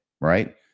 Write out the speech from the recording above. right